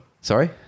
sorry